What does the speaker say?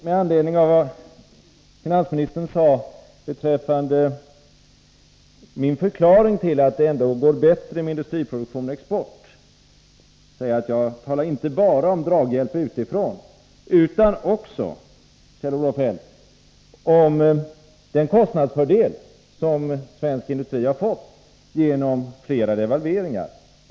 Med anledning av vad finansministern sade beträffande min förklaring till att industriproduktionen och exporten ändå går bättre vill jag påminna om att jag inte bara talade om draghjälp utifrån, utan också, Kjell-Olof Feldt, om den kostnadsfördel som svensk industri har fått genom flera devalveringar.